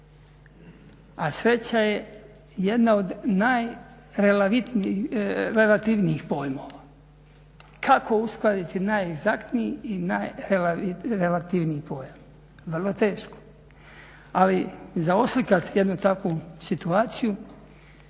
a sreća je jedna od najrelativnijih pojmova. Kako uskladiti najegzaktniji i najrelativniji pojam? Vrlo teško. Ali za oslikati jednu takvu situaciju